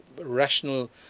rational